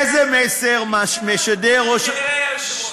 איזה מסר מעביר שר הביטחון שאומר על חייל: חייל שסרח.